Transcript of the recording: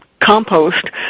Compost